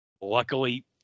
Luckily